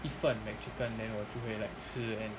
一份 mcchicken then 我就会 like 吃 and